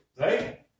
Right